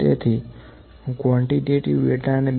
તેથી હું quantitative data ને